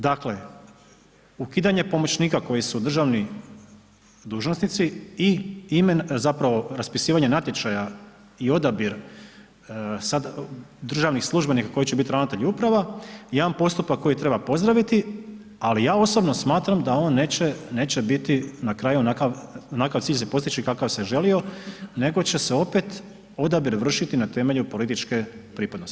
Dakle, ukidanje pomoćnika koji su državni dužnosnici i raspisivanje natječaja i odabir sad državnih službenika koji će biti ravnatelji uprava je jedan postupak koji treba pozdraviti ali ja osobno smatram da on neće biti na kraju onakav cilj se postići kakav se želio nego će se opet odabir vršiti na temelju političke pripadnosti.